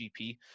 gp